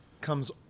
comes